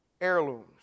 Heirlooms